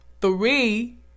three